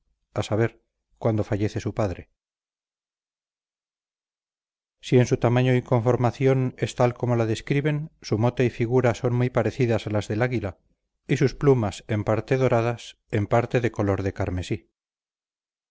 años a saber cuándo fallece su padre si en su tamaño y conformación es tal como la describen su mote y figura son muy parecidas a las del águila y sus plumas en parte doradas en parte de color de carmesí